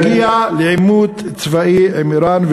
בכל מחיר להגיע לעימות צבאי עם איראן,